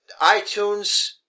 iTunes